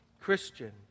Christian